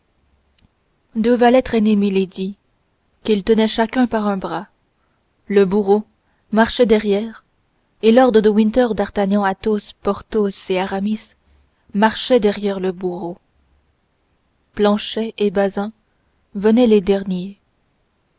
deux valets traînaient milady qu'ils tenaient chacun par un bras le bourreau marchait derrière et lord de winter d'artagnan athos porthos et aramis marchaient derrière le bourreau planchet et bazin venaient les derniers